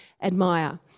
admire